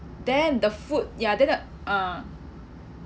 then the food ya then the ah